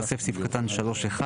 יתווסף סעיף קטן (3)(1),